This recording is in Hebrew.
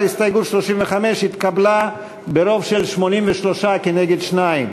הסתייגות 35 התקבלה ברוב של 83 כנגד שניים.